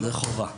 זה חובה.